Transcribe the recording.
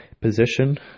position